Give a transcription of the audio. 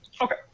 Okay